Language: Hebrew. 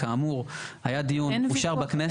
כאמור היה דיון, אושר בכנסת.